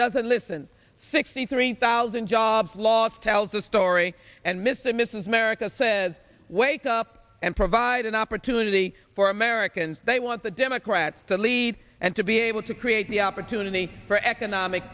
doesn't listen sixty three thousand jobs lost tells the story and mr mrs america says wake up and provide an opportunity for americans they want the democrats to lead and to be able to create the opportunity for economic